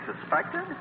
suspected